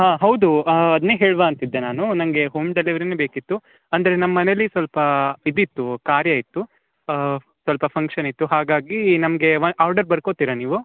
ಹಾಂ ಹೌದು ಅದ್ನೇ ಹೇಳ್ವ ಅಂತಿದ್ದೆ ನಾನು ನಂಗೆ ಹೋಮ್ ಡೆಲಿವರಿನೇ ಬೇಕಿತ್ತು ಅಂದರೆ ನಮ್ಮ ಮನೇಲ್ಲಿ ಸ್ವಲ್ಪಾ ಇದಿತ್ತು ಕಾರ್ಯ ಇತ್ತು ಸ್ವಲ್ಪ ಫಂಕ್ಷನ್ ಇತ್ತು ಹಾಗಾಗಿ ನಮಗೆ ಆರ್ಡರ್ ಬರ್ಕೊತ್ತೀರ ನೀವು